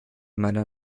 meiner